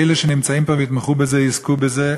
אלה שנמצאים פה ויתמכו בזה יזכו בזה,